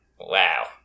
Wow